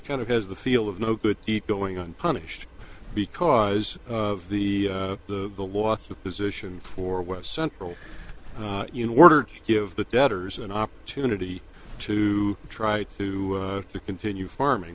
kind of has the feel of no good deed going on punished because of the the the loss of position for west central you know order to give the debtors an opportunity to try to continue farming